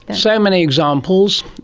so many examples.